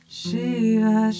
Shiva